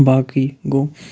باقٕے گوٚو